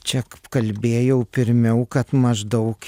čia kalbėjau pirmiau kad maždaug